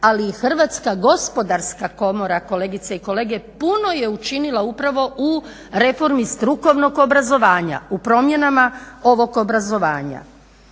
ali i Hrvatska gospodarska komora kolegice i kolege puno je učinila upravo u reformi strukovnog obrazovanja, u promjenama ovog obrazovanja.